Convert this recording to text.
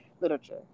literature